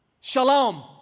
Shalom